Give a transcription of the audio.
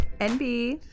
NB